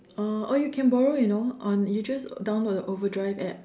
oh or you can borrow you know on you just download the over drive App